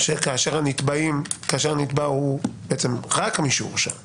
כאשר הנתבע הוא רק מי שהורשע ,